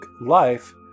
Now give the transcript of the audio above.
Life